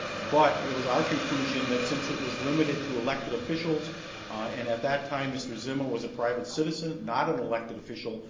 but it was our conclusion that since it was limited to elected officials, and at that time, mr. zima was a private citizen, not an elected official,